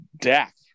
Dak